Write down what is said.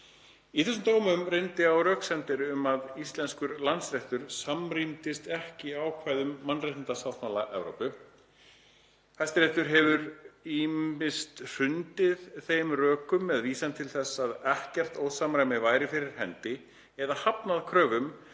Í þessum dómum reyndi á röksemdir um að íslenskur landsréttur samrýmdist ekki ákvæðum mannréttindasáttmála Evrópu. Hæstiréttur hefur ýmist hrundið þeim rökum með vísan til þess að ekkert slíkt ósamræmi væri fyrir hendi eða hafnað kröfum,